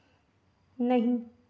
नहीं